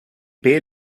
paid